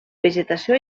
vegetació